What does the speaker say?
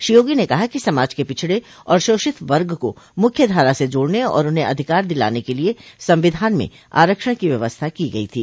श्री योगी ने कहा कि समाज के पिछड़े और शोषित वर्ग को मुख्य धारा से जोड़ने और उन्हें अधिकार दिलाने के लिये संविधान में आरक्षण की व्यवस्था की गई थी